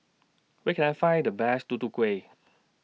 Where Can I Find The Best Tutu Kueh